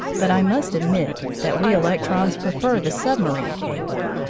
but i must admit that we electrons prefer the submarine cable.